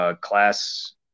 Class